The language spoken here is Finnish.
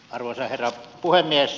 arvoisa herra puhemies